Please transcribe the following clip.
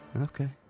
Okay